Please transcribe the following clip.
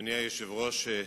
אדוני היושב-ראש,